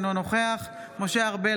אינו נוכח משה ארבל,